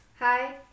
Hi